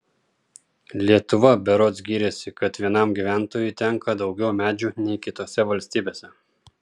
lietuva berods gyrėsi kad vienam gyventojui tenka daugiau medžių nei kitose valstybėse